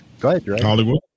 Hollywood